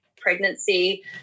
pregnancy